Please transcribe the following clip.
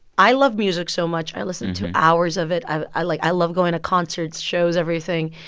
i love music so much. i listen to hours of it. i i like i love going to concerts, shows, everything.